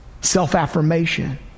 self-affirmation